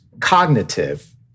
cognitive